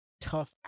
tough